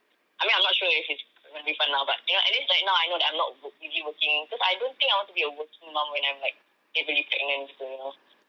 I mean I'm not sure if it's will be gonna be fun lah but you know at least like now I know that I'm not busy working because I don't think I want to be a working mum when I'm like heavily pregnant gitu you know